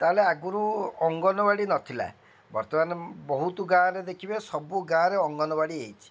ତାହେଲେ ଆଗରୁ ଅଙ୍ଗନବାଡ଼ି ନଥିଲା ବର୍ତ୍ତମାନ ବହୁତ ଗାଁ'ରେ ଦେଖିବେ ସବୁ ଗାଁ'ରେ ଅଙ୍ଗନବାଡ଼ି ହେଇଛି